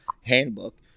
handbook